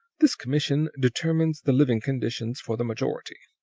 this commission determines the living conditions for the majority,